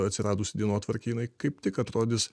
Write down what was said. atsiradusi dienotvarkėj jinai kaip tik atrodys